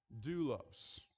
doulos